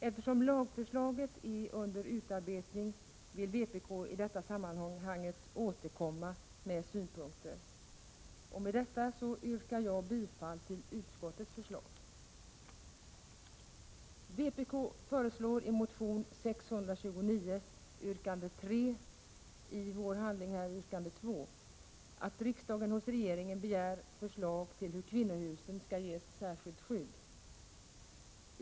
Eftersom ett lagförslag är under utarbetning, vill vpk i detta sammanhang återkomma med synpunkter. Med detta yrkar jag bifall till utskottets förslag. Vpk föreslår i motion 629, yrkande 3, — i vår handling här yrkande 2 — att riksdagen hos regeringen begär förslag om hur kvinnohusen skall ges ett särskilt skydd.